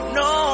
no